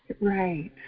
Right